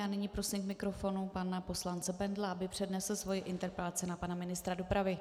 A nyní prosím k mikrofonu pana poslance Bendla, aby přednesl svoji interpelaci na pana ministra dopravy.